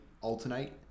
alternate